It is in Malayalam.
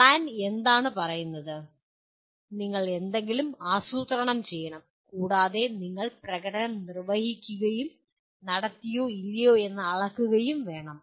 "പ്ലാൻ" എന്താണ് പറയുന്നത് നിങ്ങൾ എന്തെങ്കിലും ആസൂത്രണം ചെയ്യണം കൂടാതെ നിങ്ങൾ പ്രകടനം നിർവ്വഹിക്കുകയും നടത്തിയോ ഇല്ലയോ എന്ന് അളക്കുകയും വേണം